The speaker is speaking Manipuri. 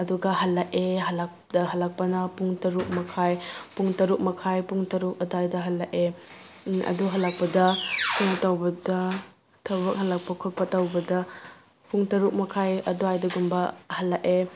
ꯑꯗꯨꯒ ꯍꯜꯂꯛꯑꯦ ꯍꯜꯂꯛꯄꯅ ꯄꯨꯡ ꯇꯔꯨꯛ ꯃꯈꯥꯏ ꯄꯨꯡ ꯇꯔꯨꯛ ꯃꯈꯥꯏ ꯄꯨꯡ ꯇꯔꯨꯛ ꯑꯗ꯭ꯋꯥꯏꯗ ꯍꯜꯂꯛꯑꯦ ꯑꯗꯨ ꯍꯜꯂꯛꯄꯗ ꯇꯧꯕꯗ ꯊꯕꯛ ꯍꯟꯂꯛ ꯈꯣꯠꯄ ꯇꯧꯕꯗ ꯄꯨꯡ ꯇꯔꯨꯛ ꯃꯈꯥꯏ ꯑꯗ꯭ꯋꯥꯏꯗꯒꯨꯝꯕ ꯍꯜꯂꯛꯑꯦ